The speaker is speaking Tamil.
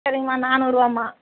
சரிங்மா நானூறுரூவாம்மா